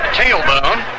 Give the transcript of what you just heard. tailbone